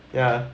yeah